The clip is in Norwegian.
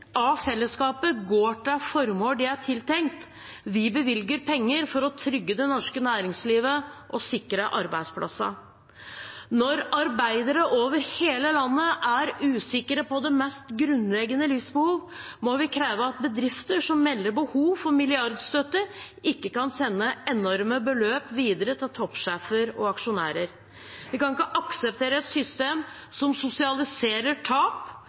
av fellesskapet, går til formål de er tiltenkt. Vi bevilger penger for å trygge det norske næringslivet og sikre arbeidsplassene. Når arbeidere over hele landet er usikre på de mest grunnleggende livsbehov, må vi kreve at bedrifter som melder behov for milliardstøtte, ikke kan sende enorme beløp videre til toppsjefer og aksjonærer. Vi kan ikke akseptere et system som sosialiserer tap